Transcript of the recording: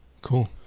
Cool